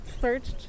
searched